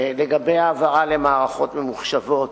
לגבי העברה למערכות ממוחשבות.